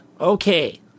Okay